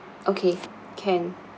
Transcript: okay can